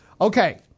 Okay